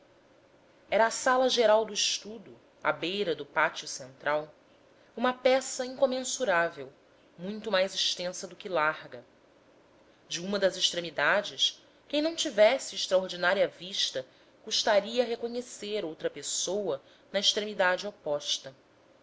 era a sala geral do estudo à beira do pátio central uma peça incomensurável muito mais extensa do que larga de uma das extremidades quem não tivesse extraordinária vista custaria a reconhecer outra pessoa na extremidade oposta